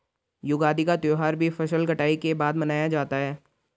युगादि का त्यौहार भी फसल कटाई के बाद मनाया जाता है